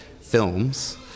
films